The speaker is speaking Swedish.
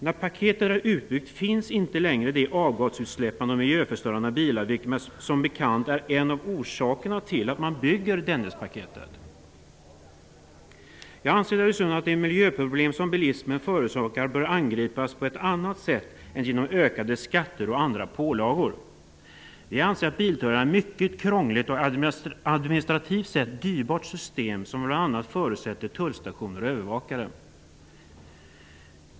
När paketet är utbyggt finns inte längre de avgasutsläpp och miljöförstörande bilar vilka som bekant är en av orsakerna till att man bygger Dennispaketet. Jag anser att de miljöproblem som bilismen förorsakar bör angripas på ett annat sätt än genom ökade skatter och andra pålagor. Vi anser att biltullar är ett mycket krångligt och administrativt sett dyrbart system, som bl.a. förutsätter tullstationer och övervakare.